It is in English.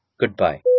goodbye